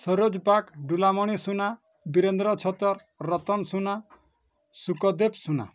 Saroj Pak Dulamani Suna Durendra Chhatar Ratan Suna Sukdev Suna